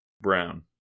Brown